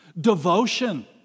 Devotion